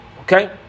Okay